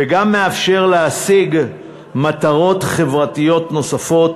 וגם מאפשר להשיג מטרות חברתיות נוספות,